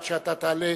עד שאתה תעלה,